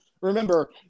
Remember